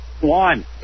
One